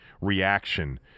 reaction